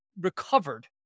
recovered